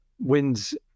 Winds